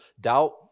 doubt